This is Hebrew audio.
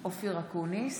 בהצבעה אופיר אקוניס,